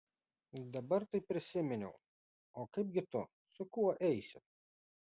dabar tai prisiminiau o kaipgi tu su kuo eisi